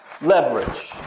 leverage